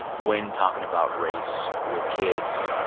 when talking about race with kids,